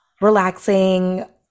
relaxing